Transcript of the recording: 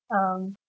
um